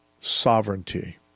sovereignty